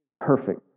perfect